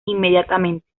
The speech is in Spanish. inmediatamente